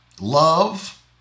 Love